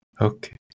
Okay